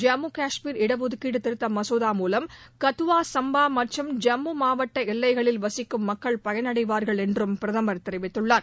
ஜம்மு கஷ்மீர் இடஒதுக்கீடு திருத்த மசோதா மூலம் கத்துவா சம்பா மற்றும் ஜம்மு மாவட்ட எல்லைகளில் வசிக்கும் மக்கள் பயனடைவார்கள் என்றும் பிரதமர் தெரிவித்துள்ளார்